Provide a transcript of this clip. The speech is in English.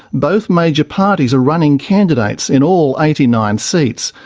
both major parties are running candidates in all eighty nine seats,